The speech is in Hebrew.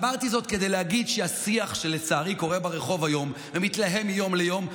אמרתי זאת כדי להגיד שהשיח שלצערי קורה ברחוב היום ומתלהם מיום ליום,